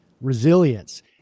resilience